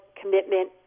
commitment